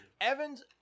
Evans